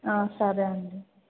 సరే అండి